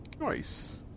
nice